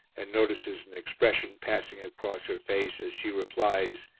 and notices an expression passing across her face as she replies,